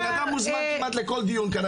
הבן אדם מוזמן כמעט לכל דיון כאן,